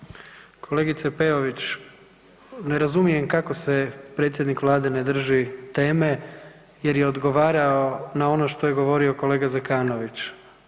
Kolegice Peović, ne razumijem kako se predsjednik Vlade ne drži teme jer je odgovarao na ono što je govorio kolega Zekanović.